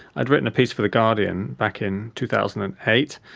i'd written a piece for the guardian back in two thousand and eight,